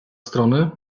strony